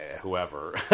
whoever